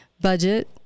budget